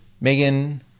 Megan